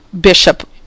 Bishop